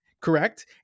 correct